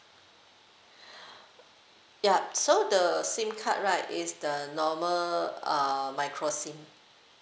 yup so the SIM card right is the normal uh micro SIM